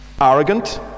Arrogant